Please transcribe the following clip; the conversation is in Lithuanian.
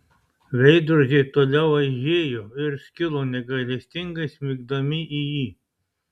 veidrodžiai toliau aižėjo ir skilo negailestingai smigdami į jį